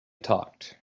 talked